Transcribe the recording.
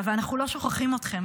אנחנו לא שוכחים אתכם.